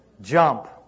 Jump